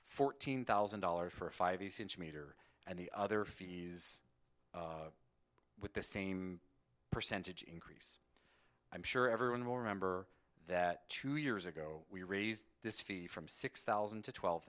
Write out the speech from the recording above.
fourteen thousand dollars for a five meter and the other fees with the same percentage increase i'm sure everyone will remember that two years ago we raised this fee from six thousand to twelve